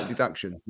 Deduction